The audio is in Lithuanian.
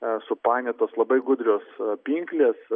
supainiotos labai gudrios pinklės